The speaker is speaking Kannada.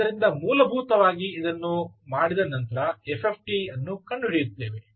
ಆದ್ದರಿಂದ ಮೂಲಭೂತವಾಗಿ ಇದನ್ನು ಮಾಡಿದ ನಂತರ ಎಫ್ಎಫ್ಟಿ ಕಂಡು ಹಿಡಿಯುತ್ತೇವೆ